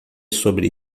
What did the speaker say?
sobre